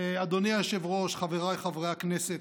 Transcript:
אדוני היושב-ראש, חבריי חברי הכנסת,